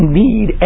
need